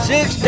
Six